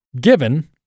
given